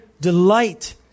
delight